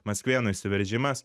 maskvėnų išsiveržimas